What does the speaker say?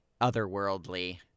otherworldly